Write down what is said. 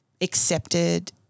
accepted